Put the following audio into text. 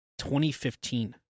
2015